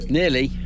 nearly